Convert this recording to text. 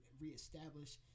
reestablish